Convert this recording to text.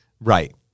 Right